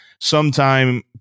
sometime